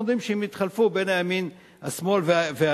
אנחנו יודעים שהם התחלפו בין הימין, השמאל והאמצע.